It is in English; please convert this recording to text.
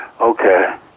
Okay